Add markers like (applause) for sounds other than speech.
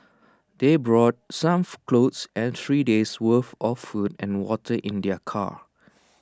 they brought some (noise) clothes and three days' worth of food and water in their car